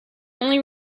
only